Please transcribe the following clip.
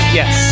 yes